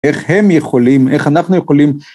איך הם יכולים, איך אנחנו יכולים...